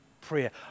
prayer